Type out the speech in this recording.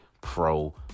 pro